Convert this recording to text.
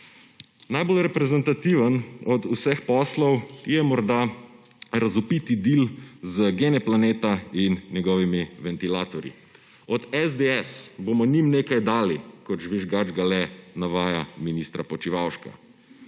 Najbolj reprezentativen od vseh poslov je morda razvpiti deal z genEplaneta in njegovimi ventilatorji. »Od SDS bomo njim nekaj dali,« kot žvižgač Gale navaja ministra Počivalška.